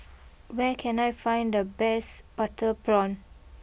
where can I find the best Butter Prawn